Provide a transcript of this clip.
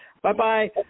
Bye-bye